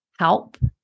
help